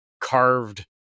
carved